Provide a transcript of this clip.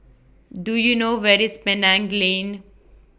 Do YOU know Where IS Penang Lane